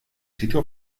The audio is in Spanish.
sitio